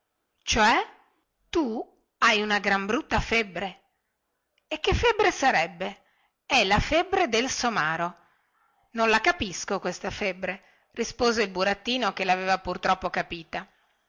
cioè tu hai una gran brutta febbre e che febbre sarebbe è la febbre del somaro non la capisco questa febbre rispose il burattino che laveva pur troppo capita